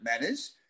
manners